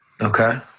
Okay